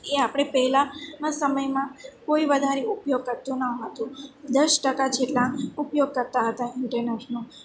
એ આપણે પહેલાંના સમયમાં કોઈ વધારે ઉપયોગ કરતું ન હતું દસ ટકા જેટલા ઉપયોગ કરતા હતા ઇન્ટરનેટનો